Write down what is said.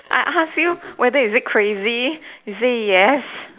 I ask you whether is it crazy you say yes